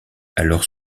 alors